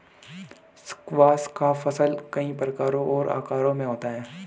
squash का फल कई प्रकारों और आकारों में होता है